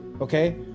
okay